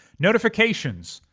notifications,